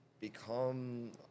become